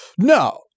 No